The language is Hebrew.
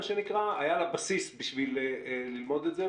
היה לה בסיס בשביל ללמוד את זה,